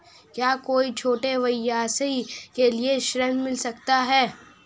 क्या कोई छोटे व्यवसाय के लिए ऋण मिल सकता है?